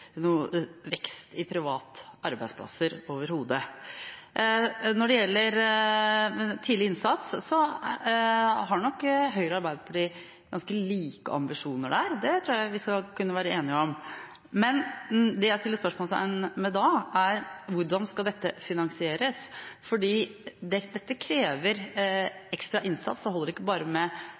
vekst i private arbeidsplasser overhodet. Når det gjelder tidlig innsats, har nok Høyre og Arbeiderpartiet ganske like ambisjoner der, det tror jeg vi kan være enige om. Men det jeg setter spørsmålstegn ved da, er hvordan dette skal finansieres. Dette krever ekstra innsats, det holder ikke bare med